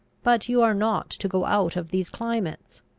but you are not to go out of these climates.